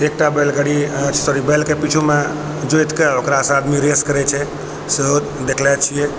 एकटा बैलगाड़ी सॉरी बैल के पीछू मे जोइत कऽ ओकरा सऽ आदमी रेस करै छै सेहो देखलो छियै